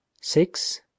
Six